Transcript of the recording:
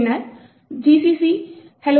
பின்னர் gcc hello